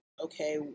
okay